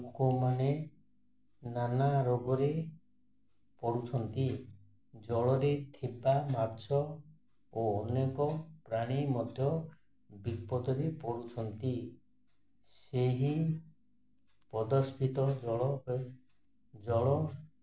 ଲୋକମାନେ ନାନା ରୋଗରେ ପଡ଼ୁଛନ୍ତି ଜଳରେ ଥିବା ମାଛ ଓ ଅନେକ ପ୍ରାଣୀ ମଧ୍ୟ ବିପଦରେ ପଡ଼ୁଛନ୍ତି ସେହି ପ୍ରଦୂଷିତ ଜଳ ଜଳ